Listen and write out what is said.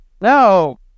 No